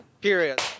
Period